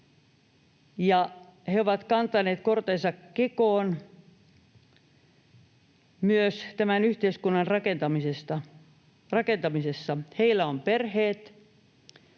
he ovat kantaneet kortensa kekoon myös tämän yhteiskunnan rakentamisessa. Heillä on perheet.